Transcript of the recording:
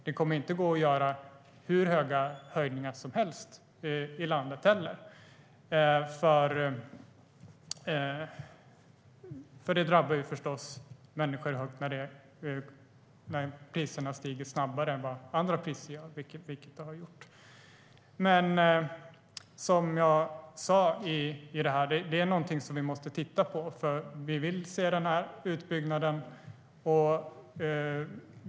Det kommer inte att gå att göra hur stora höjningar som helst i landet, för det drabbar förstås människor när de priserna stiger snabbare än andra priser, som har skett. Men som jag sa: Detta är någonting som vi måste titta på, för vi vill se den här utbyggnaden.